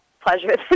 pleasure